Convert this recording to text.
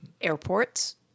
airports